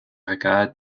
regard